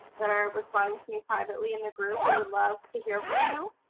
that are responding to me privately in the group. we would love to hear from you.